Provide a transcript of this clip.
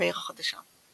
ו"העיר החדשה".